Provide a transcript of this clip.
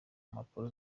mpapuro